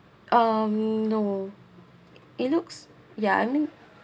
um no it looks ya I mean